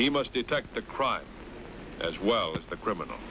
he must detect the crime as well as the criminal